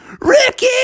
Ricky